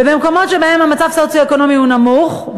ובמקומות שבהם המצב הסוציו-אקונומי הוא נמוך,